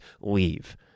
leave